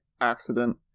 accident